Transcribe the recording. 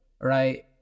right